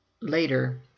Later